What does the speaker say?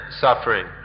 suffering